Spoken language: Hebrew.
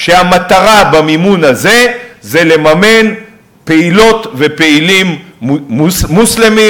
והמטרה במימון הזה היא לממן פעילוֹת ופעילים מוסלמים